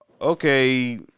Okay